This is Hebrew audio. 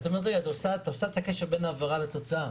ואז את עושה את הקשר בין העבירה לתוצאה.